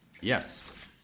Yes